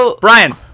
Brian